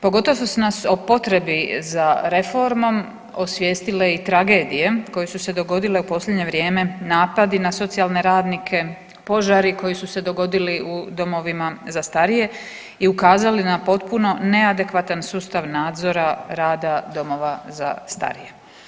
Pogotovo što su nas o potrebi za reformom osvijestile i tragedije koje su se dogodile u posljednje vrijeme, napadi na socijalne radnike, požari koji su se dogodili u domovima za starije i ukazali na potpuno neadekvatan sustav nadzora rada domova za starije.